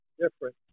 different